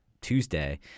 Tuesday